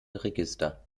register